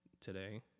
today